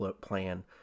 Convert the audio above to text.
plan